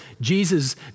Jesus